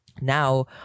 Now